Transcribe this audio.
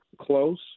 close